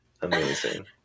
Amazing